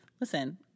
listen